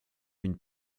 une